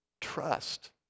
trust